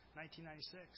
1996